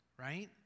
Right